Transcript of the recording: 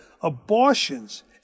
abortions